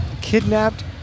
kidnapped